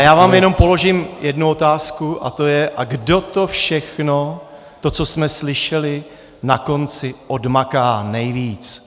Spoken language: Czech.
Já vám jenom položím jednu otázku a to je: a kdo to všechno, to. co jsme slyšeli, na konci odmaká nejvíc?